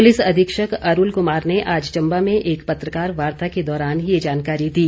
police अधीक्षक अरूल कुमार ने आज चम्बा में एक पत्रकार वार्ता के दौरान ये जानकारी दी